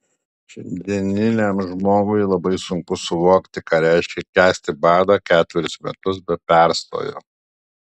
šiandieniam žmogui labai sunku suvokti ką reiškia kęsti badą ketverius metus be perstojo